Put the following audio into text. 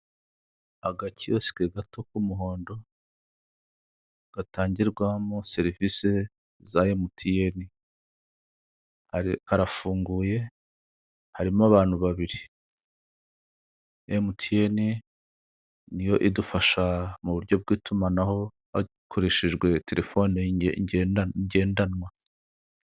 Agakiyosike gato k'umuhondo, gatangirwamo serivisi za MTN harafunguye harimo abantu babiri, MTN ni yo idufasha mu buryo bw'itumanaho, hakoreshejwe telefoni ngendanwa.